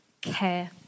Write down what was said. care